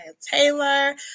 Taylor